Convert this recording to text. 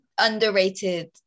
Underrated